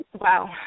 Wow